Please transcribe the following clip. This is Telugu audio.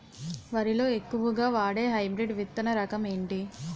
వరి లో ఎక్కువుగా వాడే హైబ్రిడ్ విత్తన రకం ఏంటి?